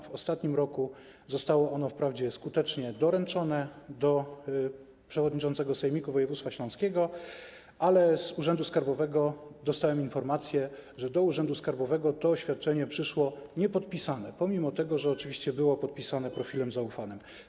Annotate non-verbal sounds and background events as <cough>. W ostatnim roku zostało ono wprawdzie skutecznie doręczone do przewodniczącego Sejmiku Województwa Śląskiego, ale z urzędu skarbowego dostałem informację, że do urzędu skarbowego to oświadczenie przyszło niepodpisane, pomimo <noise> że oczywiście było podpisywane profilem zaufanym.